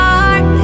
heart